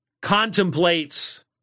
contemplates